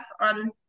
on